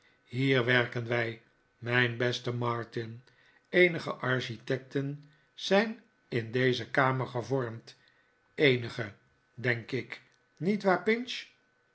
hier werken wij mijn beste martin eenige architecten zijn in deze kamer gevormd eenige denk ik niet waar pinch